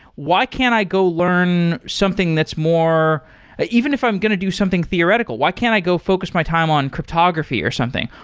why can't i go learn something that's more even if i'm going to do something theoretical, why can't i go focus my time on cryptography or something?